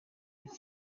wanga